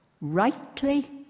Rightly